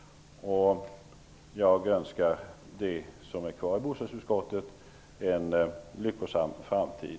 Jag önskar de som är kvar i bostadsutskottet en lyckosam framtid.